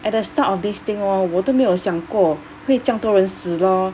at the start of this thing orh 我都没有想过会这样多人死 lor